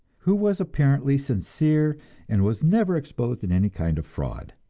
who was apparently sincere and was never exposed in any kind of fraud.